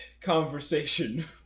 conversation